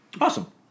Awesome